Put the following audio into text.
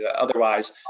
Otherwise